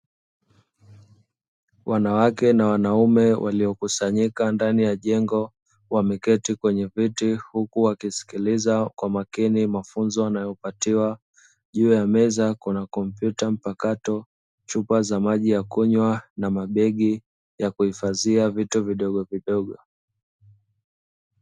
Wanawake na wanaume waliokusanyika ndani ya jengo wameketi kwenye kiti, huku wakisikiliza kwa umakini mafunzo wanayopatiwa juu ya meza kuna kompyuta mpakato, chupa za maji ya kunywa na mabegi yakuhifadhia vitu vidogo vidogo.